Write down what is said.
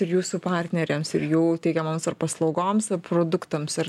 ir jūsų partneriams ir jų teikiamoms ar paslaugoms produktams ir